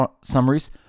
summaries